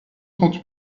trente